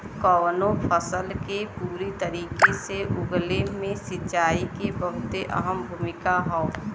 कउनो फसल के पूरी तरीके से उगले मे सिंचाई के बहुते अहम भूमिका हौ